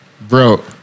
bro